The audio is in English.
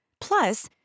Plus